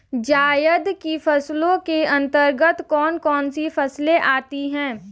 जायद की फसलों के अंतर्गत कौन कौन सी फसलें आती हैं?